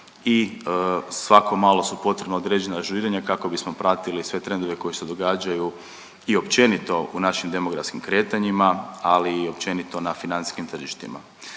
i svako malo su potrebna određena ažuriranja kako bismo pratili sve trendove koji se događaju i općenito u našim demografskim kretanjima, ali i općenito na financijskim tržištima,